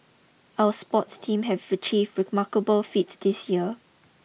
our sports team have achieved remarkable feats this year